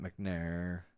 McNair